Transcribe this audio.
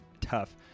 tough